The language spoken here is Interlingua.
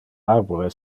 arbore